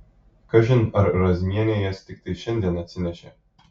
kažin ar razmienė jas tiktai šiandien atsinešė